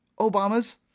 Obama's